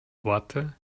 worte